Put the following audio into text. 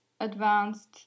advanced